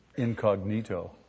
Incognito